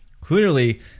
Clearly